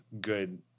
good –